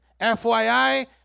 FYI